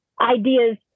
ideas